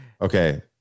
okay